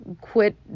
quit